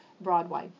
Broadway